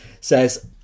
says